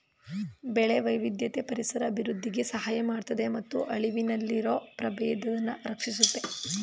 ಬೆಳೆ ವೈವಿಧ್ಯತೆ ಪರಿಸರ ಅಭಿವೃದ್ಧಿಗೆ ಸಹಾಯ ಮಾಡ್ತದೆ ಮತ್ತು ಅಳಿವಿನಲ್ಲಿರೊ ಪ್ರಭೇದನ ರಕ್ಷಿಸುತ್ತೆ